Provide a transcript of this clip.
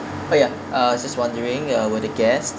oh ya uh just wondering uh will the guest